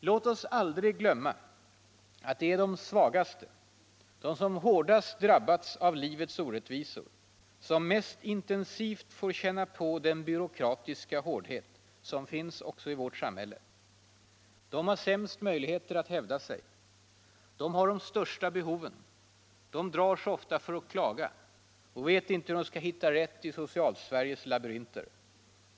Låt oss aldrig glömma att det är de svagaste, de som hårdast drabbats av livets orättvisor, som mest intensivt får känna på den byråkratiska hårdhet som finns också i vårt samhälle. De har sämst möjligheter att hävda sig. De har de största behoven. De drar sig ofta för att klaga och vet inte hur de skall hitta rätt i Socialsveriges labyrinter.